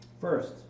First